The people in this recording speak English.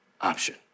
option